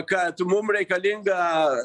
kad mum reikalinga